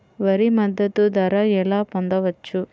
వరి మద్దతు ధర ఎలా పొందవచ్చు?